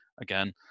Again